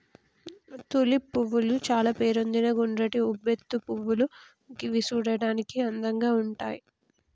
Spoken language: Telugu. తులిప్ పువ్వులు చాల పేరొందిన గుండ్రటి ఉబ్బెత్తు పువ్వులు గివి చూడడానికి అందంగా ఉంటయ్